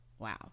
wow